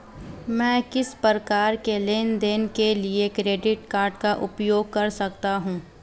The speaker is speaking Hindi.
मैं किस प्रकार के लेनदेन के लिए क्रेडिट कार्ड का उपयोग कर सकता हूं?